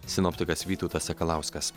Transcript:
sinoptikas vytautas sakalauskas